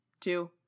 two